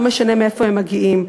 לא משנה מאיפה הם מגיעים,